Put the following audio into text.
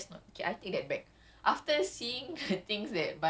like you know brings us together